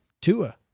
Tua